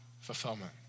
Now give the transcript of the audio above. fulfillment